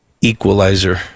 equalizer